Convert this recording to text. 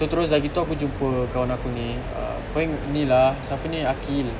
so terus dah gitu aku jumpa kawan aku ni kau ni lah siapa ni aqil